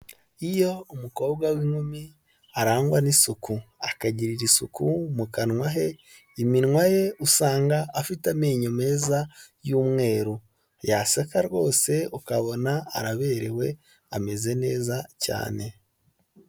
Iyo umukobwa w'inkumi arangwa n'isuku, akagirira isuku mu kanwa he, iminwa ye usanga afite amenyo meza y'umweru, yaseka rwose ukabona araberewe ameze neza cyane.